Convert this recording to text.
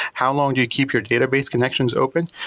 how long do you keep your database connections open?